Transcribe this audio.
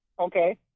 Okay